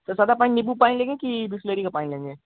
sir सादा पानी नीम्बू पानी लेंगे कि बिसलेरी का पानी लेंगे